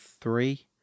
three